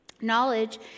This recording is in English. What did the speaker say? Knowledge